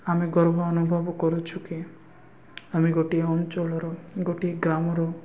ଆମେ ଗର୍ବ ଅନୁଭବ କରୁଛୁ କି ଆମେ ଗୋଟିଏ ଅଞ୍ଚଳର ଗୋଟିଏ ଗ୍ରାମରୁ